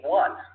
one